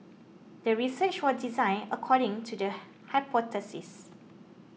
the research was designed according to the hypothesis